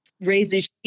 raises